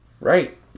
Right